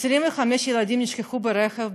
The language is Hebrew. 25 ילדים השנה נשכחו ברכב.